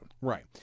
right